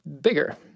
bigger